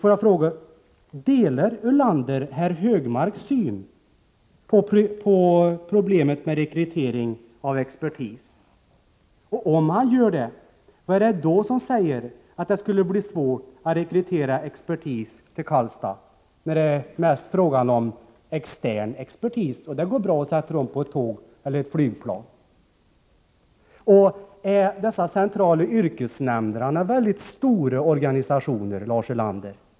Får jag fråga: Delar Lars Ulander herr Högmarks syn på problemet med rekrytering av expertis? Om Lars Ulander gör det, vad är det då som säger att det skulle bli svårt att rekrytera expertis till Karlstad, när det mest är fråga om extern expertis. Det går bra att sätta sådana personer på ett tåg eller ett flygplan. Är de centrala yrkesnämnderna några särskilt stora organisationer, Lars Ulander?